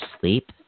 sleep